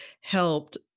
helped